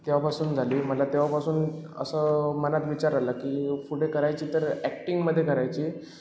तेव्हापासून झाली मला तेव्हापासून असं मनात विचार आला की पुढे करायची तर ॲक्टिंगमध्ये करायची